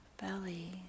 belly